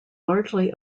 largely